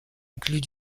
incluent